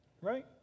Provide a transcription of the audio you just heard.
Right